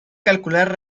calcular